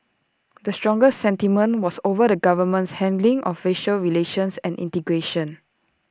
the strongest sentiment was over the government's handling of racial relations and integration